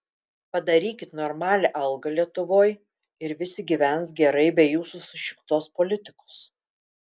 padarykit normalią algą lietuvoj ir visi gyvens gerai be jūsų sušiktos politikos